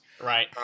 Right